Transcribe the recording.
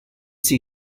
sie